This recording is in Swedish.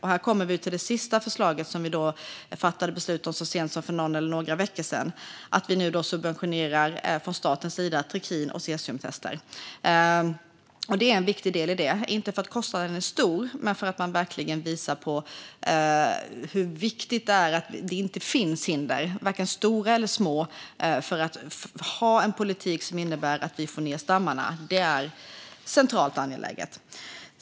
Här kommer vi till det sista förslaget som vi fattade beslut om så sent som för någon eller några veckor sedan, nämligen att vi från statens sida nu subventionerar trikin och cesiumtester. Det är en viktig del i detta, inte för att kostnaden är stor men för att man då verkligen visar hur viktigt det är att det inte finns hinder, varken stora eller små, för att ha en politik som innebär att vi får ned stammarna. Det är centralt och angeläget.